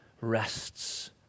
rests